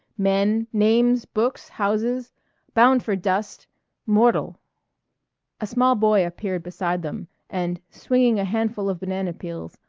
men, names, books, houses bound for dust mortal a small boy appeared beside them and, swinging a handful of banana-peels,